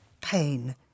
pain